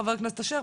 חבר הכנסת אשר,